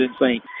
insane